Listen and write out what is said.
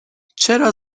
چرا